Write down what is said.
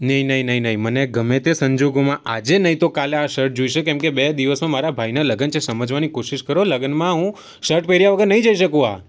નહિ નહિ નહિ નહિ મને ગમે તે સંજોગોમાં આજે નહિ તો કાલે આ શર્ટ જોઈશે કેમ કે બે દિવસમાં મારા ભાઈના લગ્ન છે સમજવાની કોશિશ કરો લગન હું શર્ટ પહેર્યા વગર નહિ જઈ શકું આ